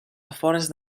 afores